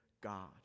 God